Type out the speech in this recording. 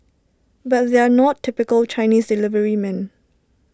but they're not typical Chinese deliverymen